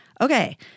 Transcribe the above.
Okay